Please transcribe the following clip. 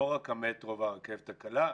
לא רק המטרו והרכבת הקלה,